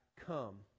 come